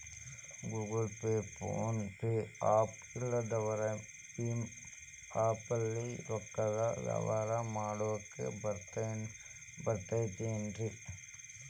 Google pay, phone pay app ಇಲ್ಲದವರು ಭೇಮಾ app ಲೇ ರೊಕ್ಕದ ವ್ಯವಹಾರ ಮಾಡಾಕ್ ಬರತೈತೇನ್ರೇ?